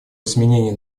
изменении